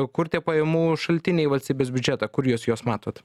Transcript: kur tie pajamų šaltiniai į valstybės biudžetą kur juos juos matot